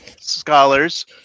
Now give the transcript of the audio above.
scholars